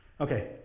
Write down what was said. Okay